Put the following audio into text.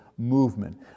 movement